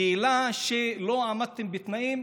בעילה: לא עמדתם בתנאים,